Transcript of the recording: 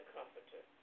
Comforter